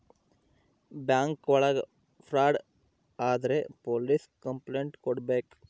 bank ಒಳಗ fraud ಆದ್ರೆ police complaint ಕೊಡ್ಬೇಕು